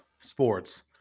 sports